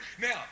Now